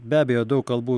be abejo daug kalbų